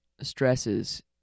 stresses